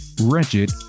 Wretched